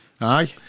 aye